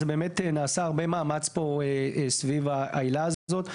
זה באמת נעשה הרבה מאמץ פה סביב העילה הזאת.